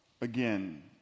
again